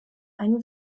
einen